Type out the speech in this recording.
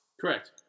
Correct